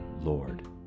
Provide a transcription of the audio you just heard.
Lord